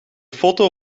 foto